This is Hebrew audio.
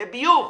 מי ביוב,